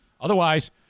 Otherwise